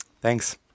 Thanks